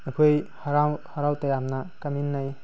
ꯑꯩꯈꯣꯏ ꯍꯔꯥꯎ ꯍꯔꯥꯎ ꯇꯌꯥꯝꯅ ꯀꯥꯃꯤꯟꯅꯩ